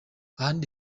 ahandi